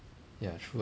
ya true